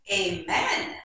Amen